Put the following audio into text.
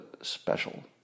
special